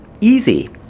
Easy